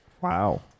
Wow